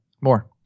More